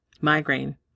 Migraine